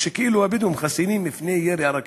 וכאילו הבדואים חסינים בפני ירי הרקטות.